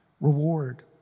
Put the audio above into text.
reward